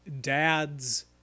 dad's